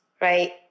right